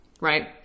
Right